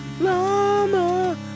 Llama